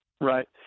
Right